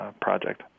project